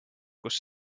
kus